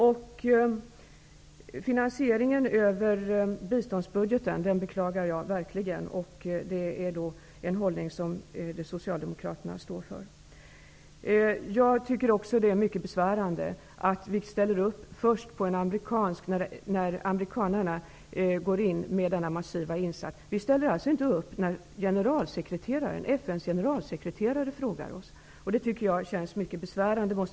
Jag beklagar verkligen finansieringen över biståndsbudgeten, vilket är en hållning som Socialdemokraterna står för. Det är mycket besvärande att vi ställer upp först när amerikanerna går in med sin massiva insats. Vi ställde inte upp när FN:s generalsekreterare frågade oss.